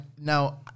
Now